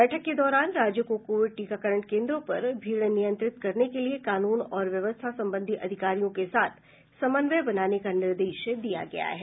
बैठक के दौरान राज्यों को कोविड टीकाकरण केन्द्रों पर भीड़ नियंत्रित करने के लिए कानून और व्यवस्था संबंधी अधिकारियों के साथ समन्वय बनाने का निर्देश दिया गया है